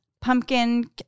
Pumpkin